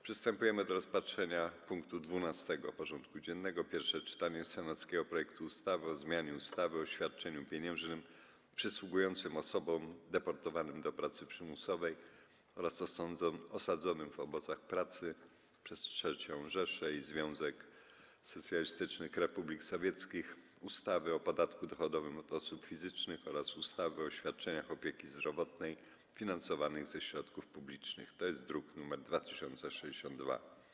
Przystępujemy do rozpatrzenia punktu 12. porządku dziennego: Pierwsze czytanie senackiego projektu ustawy o zmianie ustawy o świadczeniu pieniężnym przysługującym osobom deportowanym do pracy przymusowej oraz osadzonym w obozach pracy przez III Rzeszę i Związek Socjalistycznych Republik Radzieckich, ustawy o podatku dochodowym od osób fizycznych oraz ustawy o świadczeniach opieki zdrowotnej finansowanych ze środków publicznych (druk nr 2062)